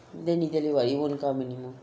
then he tell you what he won't come anymore